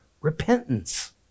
repentance